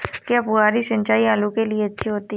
क्या फुहारी सिंचाई आलू के लिए अच्छी होती है?